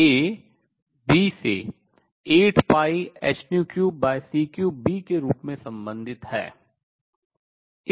A B से 8πh3c3B के रूप में संबंधित है